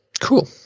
Cool